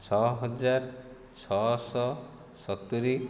ଛଅହଜାର ଛଅଶହ ସତୁରୀ